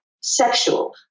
sexual